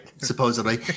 Supposedly